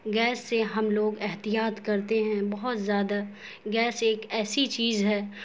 gas سے ہم لوگ احتیاط کرتے ہیں بہت زیادہ گیس ایک ایسی چیز ہے